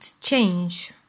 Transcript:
change